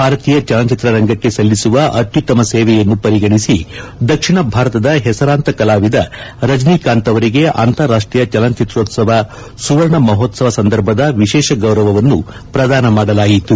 ಭಾರತೀಯ ಚಲನಚಿತ್ರ ರಂಗಕ್ಷೆ ಸಲ್ಲಿಸುವ ಅತ್ತುತ್ತಮ ಸೇವೆಯನ್ನು ಪರಿಗಣಿಸಿ ದಕ್ಷಿಣ ಭಾರತದ ಹೆಸರಾಂತ ಕಲಾವಿದ ರಜನಿಕಾಂತ್ ಅವರಿಗೆ ಅಂತಾರಾಷ್ಷೀಯ ಚಲನಚಿತ್ರೋತ್ತವ ಸುವರ್ಣ ಮಹೋತ್ತವ ಸಂದರ್ಭದ ವಿಶೇಷ ಗೌರವವನ್ನು ಪ್ರದಾನ ಮಾಡಲಾಯಿತು